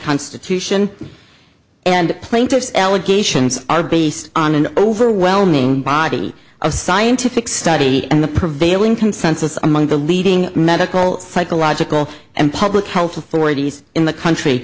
constitution and plaintiff's allegations are based on an overwhelming body of scientific study and the prevailing consensus among the leading medical psychological and public health authorities in the country